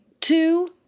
two